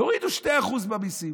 תורידו 2% במיסים.